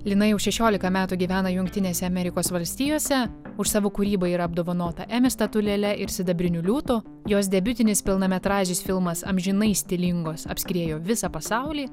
lina jau šešiolika metų gyvena jungtinėse amerikos valstijose už savo kūrybą yra apdovanota emmy statulėle ir sidabriniu liūtu jos debiutinis pilnametražis filmas amžinai stilingos apskriejo visą pasaulį